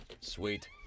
Sweet